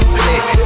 click